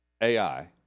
AI